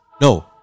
No